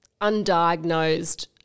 undiagnosed